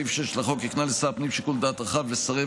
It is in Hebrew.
סעיף 6 לחוק הקנה לשר הפנים שיקול דעת רחב לסרב